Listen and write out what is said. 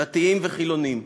דתיים וחילונים,